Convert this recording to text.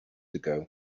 ago